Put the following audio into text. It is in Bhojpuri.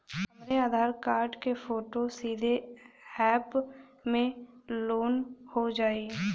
हमरे आधार कार्ड क फोटो सीधे यैप में लोनहो जाई?